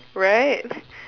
right